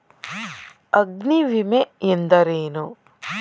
ಅಗ್ನಿವಿಮೆ ಎಂದರೇನು?